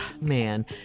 man